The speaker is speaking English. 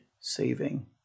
saving